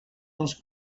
dels